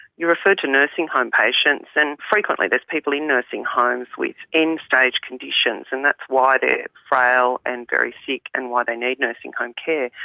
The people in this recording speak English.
you referred to nursing home patients, and frequently there are people in nursing homes with end-stage conditions, and that is why they are frail and very sick and why they need nursing home care.